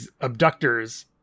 abductors